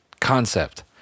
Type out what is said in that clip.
concept